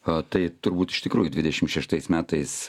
a tai turbūt iš tikrųjų dvidešim šeštais metais